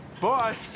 Bye